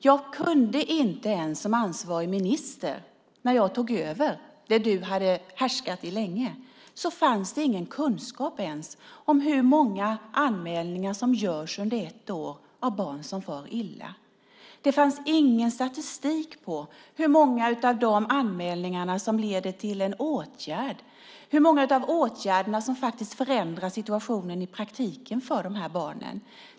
När jag tog över som ansvarig minister, där du hade härskat länge, fanns ingen kunskap om hur många anmälningar som görs under ett år av barn som far illa. Det fanns ingen statistik på hur många av anmälningarna som leder till en åtgärd, eller hur många av åtgärderna som faktiskt förändrar situationen i praktiken för barnen.